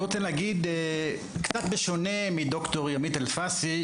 קצת בשונה מד״ר ימית אלפסי,